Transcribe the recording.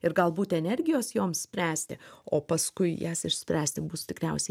ir galbūt energijos jom spręsti o paskui jas išspręsti bus tikriausiai